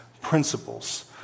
principles